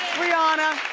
brianna,